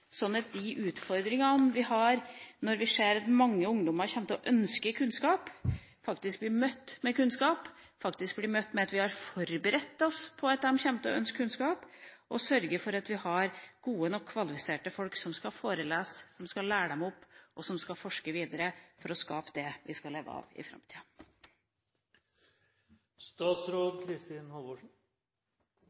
de utfordringene vi har ved at de mange ungdommer vi ser kommer til å ønske kunnskap, faktisk blir møtt med kunnskap, faktisk blir møtt med at vi har forberedt oss på at de kommer til å ønske kunnskap, og sørge for at vi har godt nok kvalifiserte folk som skal forelese, som skal lære dem opp, og som skal forske videre for å skape det vi skal leve av i